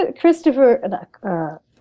Christopher